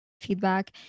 Feedback